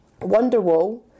Wonderwall